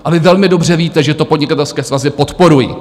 A vy velmi dobře víte, že to podnikatelské svazy podporují.